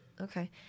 okay